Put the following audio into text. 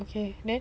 okay then